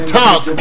talk